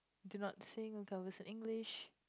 do not sing converse in English